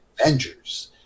Avengers